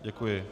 Děkuji.